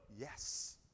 yes